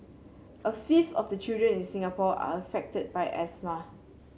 a fifth of the children in Singapore are affected by asthma